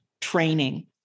training